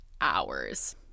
hours